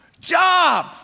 Job